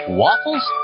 waffles